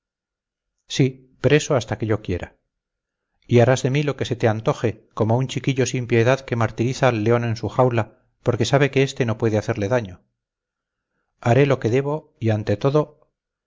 vez sí preso hasta que yo quiera y harás de mí lo que se te antoje como un chiquillo sin piedad que martiriza al león en su jaula porque sabe que este no puede hacerle daño haré lo que debo y ante todo